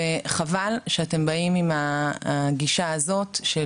וחבל שאתם באים עם הגישה הזאת של,